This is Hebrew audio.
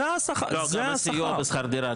הוא מקבל סיוע בשכר דירה.